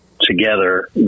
together